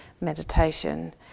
meditation